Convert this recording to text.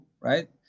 Right